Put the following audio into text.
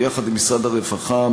ביחד עם משרד הרווחה,